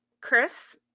Chris